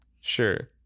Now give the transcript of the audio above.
Sure